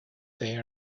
they